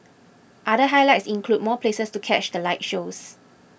other highlights include more places to catch the light shows